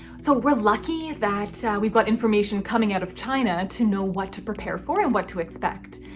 so we're lucky that we've got information coming out of china to know what to prepare for and what to expect.